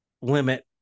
limit